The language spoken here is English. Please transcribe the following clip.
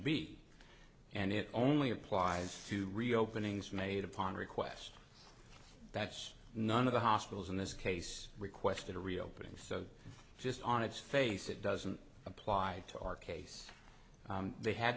b and it only applies to reopening xfer made upon request that's none of the hospitals in this case requested a reopening so just on its face it doesn't apply to our case they had